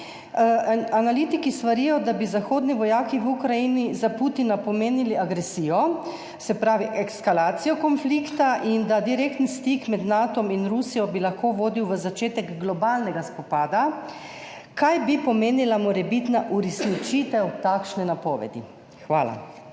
Analitiki svarijo, da bi zahodni vojaki v Ukrajini za Putina pomenili agresijo, se pravi eskalacijo konflikta, in da bi lahko direkten stik med Natom in Rusijo vodil v začetek globalnega spopada. Zanima me: Kaj bi pomenila morebitna uresničitev takšne napovedi? Hvala.